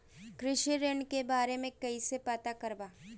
कृषि ऋण के बारे मे कइसे पता करब?